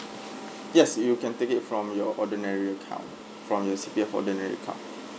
yes you can take it from your ordinary account from your C_P_F ordinary account